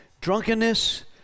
drunkenness